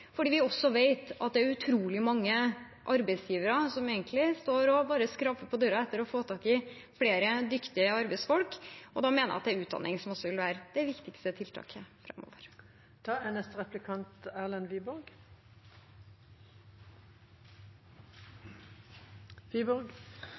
Vi vet også at det er utrolig mange arbeidsgivere som egentlig bare står og skraper på døra etter å få tak i flere dyktige arbeidsfolk, og da mener jeg at det er utdanning som vil være det viktigste tiltaket